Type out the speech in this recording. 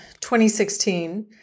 2016